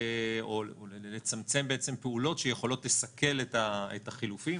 או לצמצם פעולות שיכולות לסכל את החילופים,